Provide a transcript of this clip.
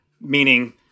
meaning